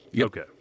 Okay